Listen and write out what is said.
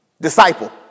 disciple